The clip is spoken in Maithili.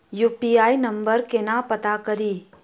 यु.पी.आई नंबर केना पत्ता कड़ी?